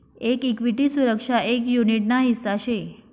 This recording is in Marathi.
एक इक्विटी सुरक्षा एक युनीट ना हिस्सा शे